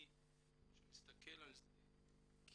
אני שמסתכל על זה כישראלי,